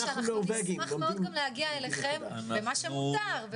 אנחנו נשמח מאוד גם להגיע אליכם, במה שמותר.